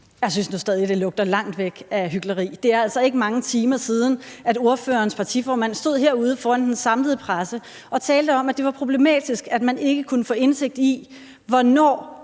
jeg synes stadig, det lugter langt væk af hykleri. Det er altså ikke, mange timer siden ordførerens partiformand stod herude foran den samlede presse og talte om, at det var problematisk, at man ikke kunne få indsigt i, hvornår